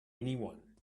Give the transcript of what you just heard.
anyone